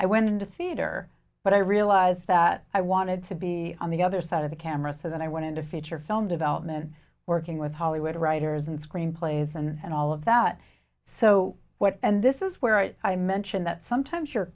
i went into theater but i realized that i wanted to be on the other side of the camera so that i wanted to feature film development working with hollywood writers and screenplays and all of that so what and this is where i i mention that sometimes you're